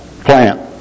plant